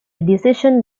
decision